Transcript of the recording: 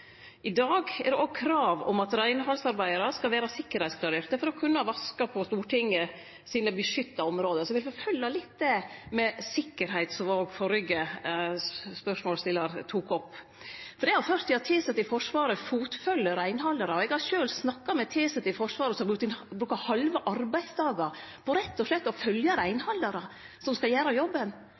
I dag er det òg krav om at reinhaldsarbeidarar skal vere sikkerheitsklarerte for å kunne vaske i Stortingets beskytta område. Eg vil forfølgje litt det med sikkerheita – som òg førre spørsmålsstillar tok opp – for det har ført til at tilsette i Forsvaret fotfølgjer reinhaldarar. Eg har sjølv snakka med tilsette i Forsvaret som brukar halve arbeidsdagar på rett og slett å følgje reinhaldarar som skal gjere jobben.